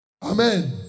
Amen